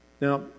Now